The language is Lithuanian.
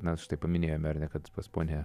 na štai paminėjome kad pas ponią